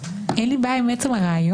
אין לי בעיה עם עצם הרעיון